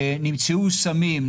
נמצאו סמים.